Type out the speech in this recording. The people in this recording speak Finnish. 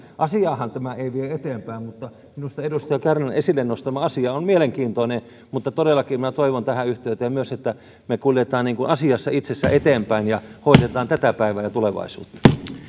asiaahan tämä ei vie eteenpäin mutta minusta edustaja kärnän esille nostama asia on mielenkiintoinen mutta todellakin minä toivon tähän yhteyteen myös että me kuljemme asiassa itsessään eteenpäin ja hoidamme tätä päivää ja tulevaisuutta